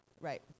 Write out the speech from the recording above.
Right